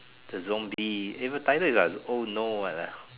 the zombie advertiser is like oh no